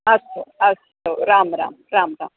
अस्तु अस्तु राम् राम् राम् राम्